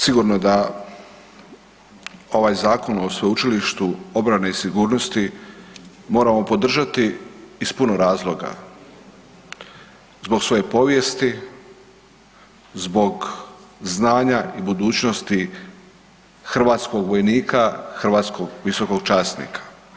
Sigurno da ovaj Zakon o sveučilištu obrane i sigurnosti moramo podržati iz puno razloga, zbog svoje povijesti, zbog znanja i budućnosti hrvatskog vojnika, hrvatskog visokog časnika.